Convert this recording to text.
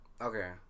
Okay